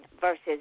versus